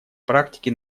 практике